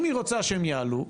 אם היא רוצה שהם יעלו,